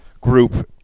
group